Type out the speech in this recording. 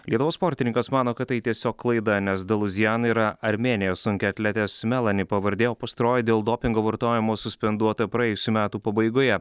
lietuvos sportininkas mano kad tai tiesiog klaida nes daluzjan yra armėnijos sunkiaatletės melani pavardė o pastaroji dėl dopingo vartojimo suspenduota praėjusių metų pabaigoje